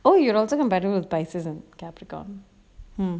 oh you're also can compatible with pisces and capricon